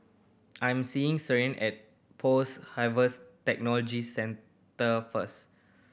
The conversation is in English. I am seeing Sierra at Post Harvest Technology Centre first